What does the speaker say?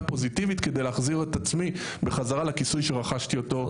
פוזיטיבית כדי להחזיר את עצמי בחזרה לכיסוי שרכשתי אותו.